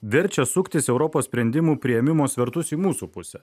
verčia suktis europos sprendimų priėmimo svertus į mūsų pusę